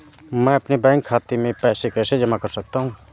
मैं अपने बैंक खाते में पैसे कैसे जमा कर सकता हूँ?